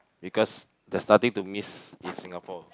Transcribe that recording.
because they're starting to miss in Singapore